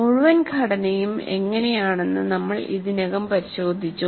മുഴുവൻ ഘടനയും എങ്ങനെയെന്ന് നമ്മൾ ഇതിനകം പരിശോധിച്ചു